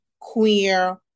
queer